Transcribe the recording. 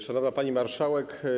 Szanowna Pani Marszałek!